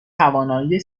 توانایی